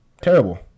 terrible